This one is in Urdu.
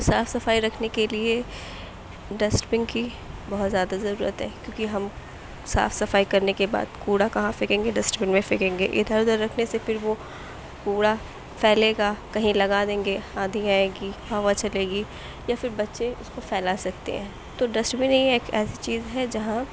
صاف صفائی رکھنے کے لیے ڈسٹ بن کی بہت زیادہ ضرورت ہے کیوں کہ ہم صاف صفائی کرنے کے بعد کوڑا کہاں پھینکیں گے ڈسٹ بن میں پھینکیں گے اِدھر اُدھر رکھنے سے پھر وہ کوڑا پھیلے گا کہیں لگا دیں گے آندھی آئے گی ہوا چلے گی یا پھر بچے اُس کو پھیلا سکتے ہیں تو ڈسٹ بن ہی ایک ایسی چیز ہے جہاں